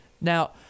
Now